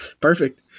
Perfect